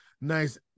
nice